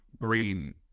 Green